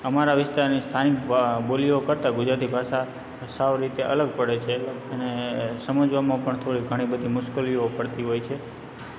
અમારા વિસ્તારની સ્થાનિક બોલીઓ કરતાં ગુજરાતી ભાષા સાવ રીતે અલગ પડે છે અને સમજવામાં પણ થોડી ઘણી બધી મુશ્કેલીઓ પડતી હોય છે